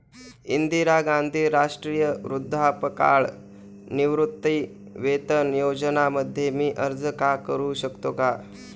इंदिरा गांधी राष्ट्रीय वृद्धापकाळ निवृत्तीवेतन योजना मध्ये मी अर्ज का करू शकतो का?